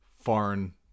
foreign